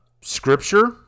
scripture